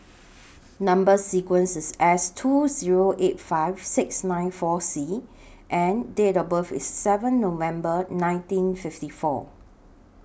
Number sequence IS S two Zero eight five six nine four C and Date of birth IS seven November nineteen fifty four